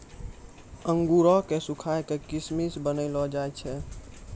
अंगूरो क सुखाय क किशमिश बनैलो जाय छै